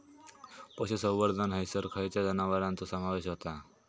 पशुसंवर्धन हैसर खैयच्या जनावरांचो समावेश व्हता?